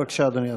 בבקשה, אדוני השר.